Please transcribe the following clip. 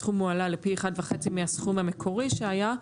הסכום הועלה לפי 1.5 מהסכום המקורי שהיה.